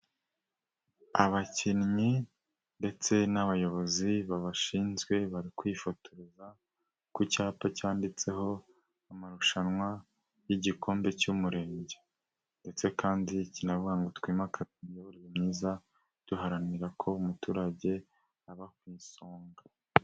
Abakinnyi ndetse n'abayobozi babashinzwe bari kwifotoreza ku cyapa cyanditseho amarushanwa y'igikombe cy'umurenge, ndetse kandi kiravuga ngo twimakaze imiyoborere myiza duharanira ko umuturage aba ku isonga.